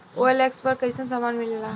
OLX पर कइसन सामान मीलेला?